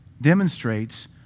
demonstrates